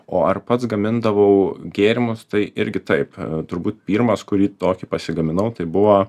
o ar pats gamindavau gėrimus tai irgi taip turbūt pirmas kurį tokį pasigaminau tai buvo